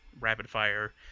rapid-fire